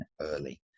early